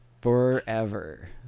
forever